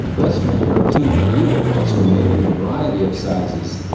western european medieval books were made in a variety of sizes.